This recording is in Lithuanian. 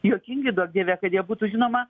juokingi duok dieve kad jie būtų žinoma